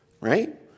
right